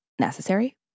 necessary